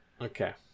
Okay